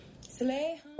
Slay